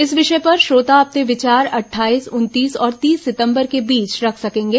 इस विषय पर श्रोता अपने विचार अटठाईस उनतीस और तीस सितम्बर के बीच रख सकेंगे